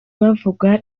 bavuga